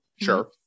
Sure